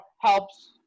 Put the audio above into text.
helps